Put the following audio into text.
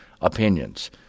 opinions